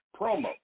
promo